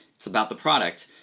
it's about the product,